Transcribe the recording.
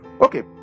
okay